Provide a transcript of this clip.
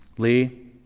lee,